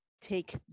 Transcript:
take